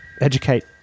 Educate